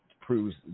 proves